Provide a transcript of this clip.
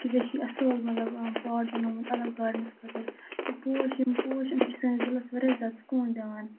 کہِ ژےٚ چھی اَصل مطلب پوٹ بَنوومُت الگ گاڈنَس خٲطرٕ یہِ پوش یِم پوش یِم چھِ سٲنِس دِلَس واریاہ زیادٕ سکوٗن دِوان